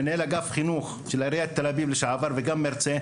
מנהל אגף החינוך של עיריית תל אביב לשעבר וגם מרצה.